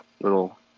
little –